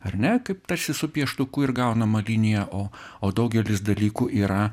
ar ne kaip tarsi su pieštuku ir gaunama linija o o daugelis dalykų yra